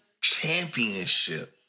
championship